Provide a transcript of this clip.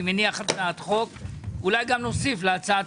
אני מניח הצעת חוק ואולי נוסף להצעת